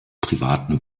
privaten